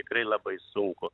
tikrai labai sunkų